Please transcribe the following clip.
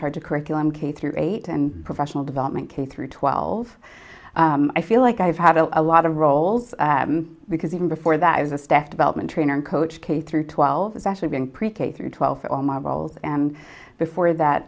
charge of curriculum k through eight and professional development k through twelve i feel like i've had a lot of roles because even before that i was a staff development trainer coach k through twelve actually being pre k through twelfth all models and before that